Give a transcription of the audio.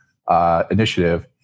Initiative